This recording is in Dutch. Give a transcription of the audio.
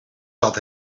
zat